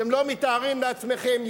אתם לא מתארים לעצמכם,